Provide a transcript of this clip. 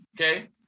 okay